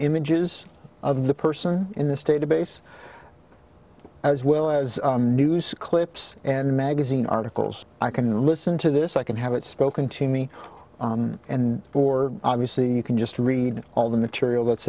images of the person in the state a base as well as news clips and magazine articles i can listen to this i can have it spoken to me and or obviously you can just read all the material that's